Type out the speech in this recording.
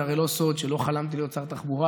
זה הרי לא סוד שלא חלמתי להיות שר תחבורה,